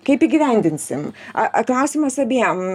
kaip įgyvendinsim a a klausimas abiem